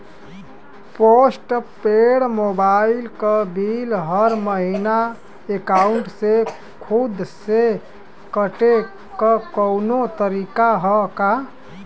Post paid mobile क bill हर महिना एकाउंट से खुद से कटे क कौनो तरीका ह का?